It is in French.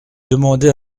demandez